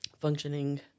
functioning